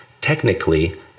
Technically